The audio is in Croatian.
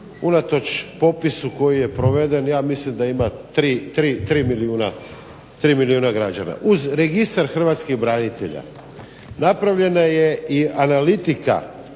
unatoč popisu koji je proveden, ja mislim da ima 3 milijuna građana. Uz Registar hrvatskih branitelja napravljena je i analitika